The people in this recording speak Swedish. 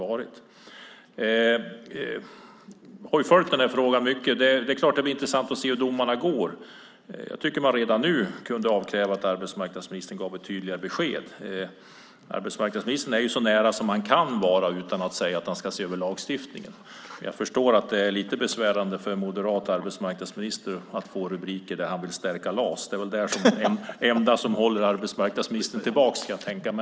Jag har följt frågan länge. Det blir såklart intressant att se hur domarna faller. Jag tycker dock att man redan nu kan avkräva att arbetsmarknadsministern ger ett tydligare besked. Arbetsmarknadsministern är så nära man kan vara utan att säga att han ska se över lagstiftningen. Jag förstår att det är lite besvärande för en moderat arbetsmarknadsminister att få rubriker om att han vill stärka LAS. Det är väl det enda som håller arbetsmarknadsministern tillbaka, kan jag tänka.